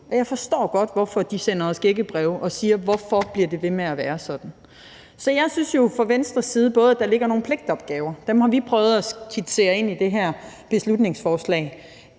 Jeg forstår godt, hvorfor de sender os gækkebreve og spørger, hvorfor det bliver ved med at være sådan. Så jeg synes jo fra Venstres side, at der ligger nogle pligtopgaver. Dem har vi prøvet at skitsere i det her beslutningsforslag.